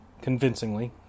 convincingly